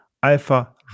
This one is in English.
Alpha